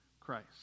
Christ